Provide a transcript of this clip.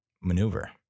maneuver